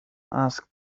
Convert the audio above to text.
asked